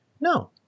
No